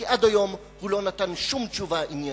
כי עד היום הוא לא נתן שום תשובה עניינית.